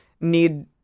need